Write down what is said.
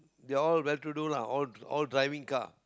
they're all well to do lah all all driving car